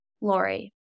Lori